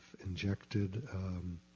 injected